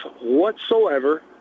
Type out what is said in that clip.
whatsoever